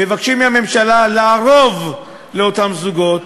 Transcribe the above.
מבקשים מהממשלה לערוב לאותם זוגות,